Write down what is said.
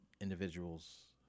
individuals